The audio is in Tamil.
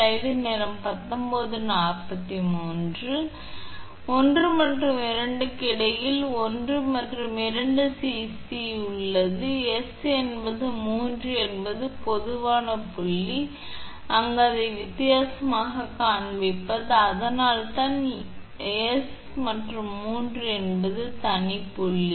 எனவே இது 1 மற்றும் 2 க்கு இடையில் 1 மற்றும் 2 𝐶𝑐 அது உள்ளது மற்றும் s மற்றும் 3 என்பது ஒரு பொதுவான புள்ளி அங்கு அதை வித்தியாசமாகக் காண்பிப்பது அதனால் தான் s மற்றும் 3 என்பது ஒரு தனிப் புள்ளி